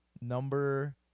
number